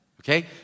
okay